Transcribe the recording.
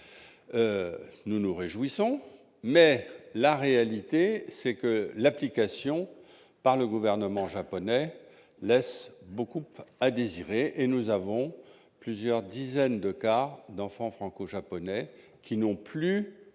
Nous nous en réjouissons, mais la réalité est que son application par le gouvernement japonais laisse beaucoup à désirer : nous avons connaissance de plusieurs dizaines de cas d'enfants franco-japonais qui n'ont plus